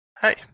hey